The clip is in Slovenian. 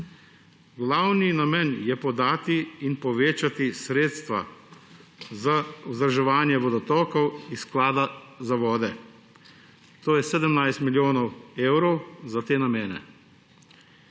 Glavni namen je podati in povečati sredstva za vzdrževanje vodotokov iz Sklada za vode. To je 17 milijonov evrov za te namene.